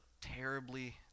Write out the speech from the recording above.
terribly